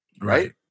Right